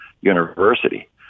university